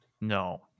No